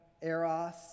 eros